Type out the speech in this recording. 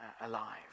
alive